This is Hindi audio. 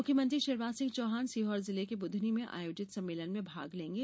मुख्यमंत्री शिवराज सिंह चौहान सीहोर जिले के बुधनी में आयोजित सम्मेलन में भाग लेंगे